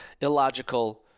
illogical